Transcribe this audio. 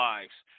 Lives